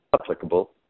applicable